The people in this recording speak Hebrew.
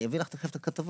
אני אביא לך תכף את הכתבות.